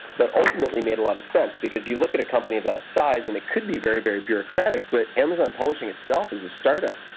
but ultimately made a lot of sense, because you look at a company that size and it could be very, very bureaucratic, but amazon publishing itself is a start-up,